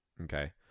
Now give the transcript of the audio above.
okay